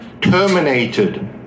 terminated